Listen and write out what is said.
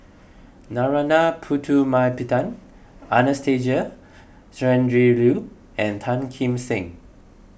Narana Putumaippittan Anastasia Tjendri Liew and Tan Kim Seng